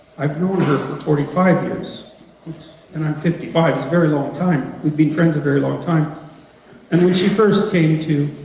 i've known her for forty five years and i'm fifty five that's a very long time, we've been friends a very long time and when she first came to